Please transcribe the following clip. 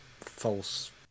false